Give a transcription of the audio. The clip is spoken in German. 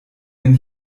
wenn